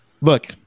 look